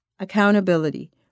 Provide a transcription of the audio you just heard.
accountability